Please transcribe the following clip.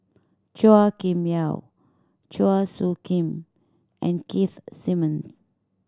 Chua Kim Yeow Chua Soo Khim and Keith Simmons